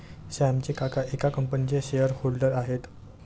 श्यामचे काका एका कंपनीचे शेअर होल्डर आहेत